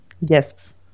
Yes